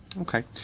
Okay